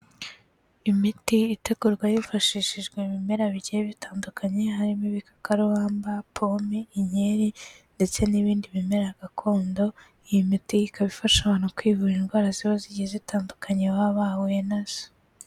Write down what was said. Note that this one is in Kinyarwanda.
Imiti itegurwa hifashishijwe ibimera bigiye bitandukanye, harimo ibikarubamba, pome, inkeri ndetse n'ibindi bimera gakondo, iyi miti ikaba ifasha abantu kwivura indwara ziba zigiye zitandukanye baba bahuye nazo.